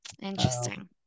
Interesting